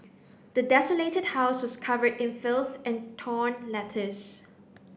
the desolated house was covered in filth and torn letters